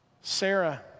Sarah